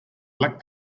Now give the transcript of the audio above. black